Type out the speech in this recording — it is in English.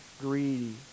greedy